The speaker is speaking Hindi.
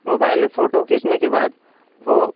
मोबाइल में फ़ोटो खींचने के बाद वो